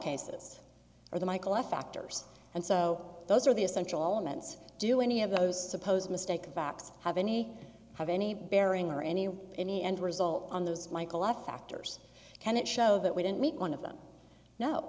it's are the michael f factors and so those are the essential elements do any of those supposed mistake vioxx have any have any bearing or any any end result on those michael i factors can it show that we didn't meet one of them no